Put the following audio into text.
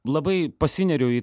labai pasineriu į